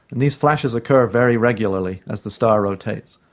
and these flashes occur very regularly as the star rotates,